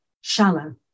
Shallow